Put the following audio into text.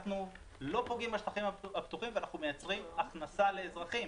אנחנו לא פוגעים בשטחים הפתוחים ואנחנו מייצרים הכנסה לאזרחים.